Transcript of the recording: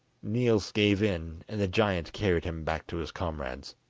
niels gave in, and the giant carried him back to his comrades.